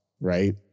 right